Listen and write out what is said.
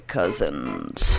Cousins